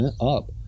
up